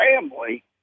family